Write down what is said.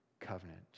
covenant